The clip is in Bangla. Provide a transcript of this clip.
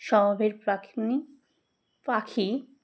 স্বভাবের পাখ পাখি